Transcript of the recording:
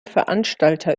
veranstalter